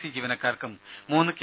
E ജീവനക്കാർക്കും മൂന്ന് K